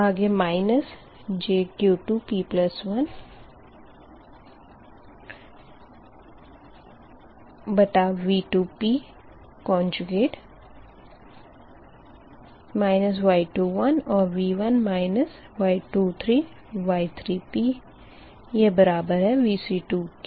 आगे minus jQ2p1 बटा V2p minus Y21और V1 माइनस Y23V3p यह बराबर है Vc2 के